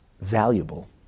valuable